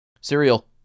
Cereal